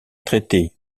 traités